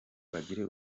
bagire